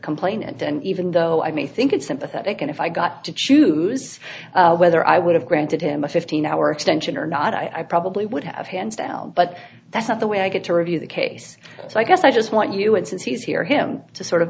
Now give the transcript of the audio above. complainant and even though i may think it's sympathetic and if i got to choose whether i would have granted him a fifteen hour extension or not i probably would have hands down but that's not the way i get to review the case so i guess i just want you and since he's here him to sort of